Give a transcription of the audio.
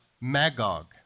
Magog